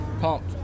Pumped